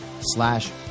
slash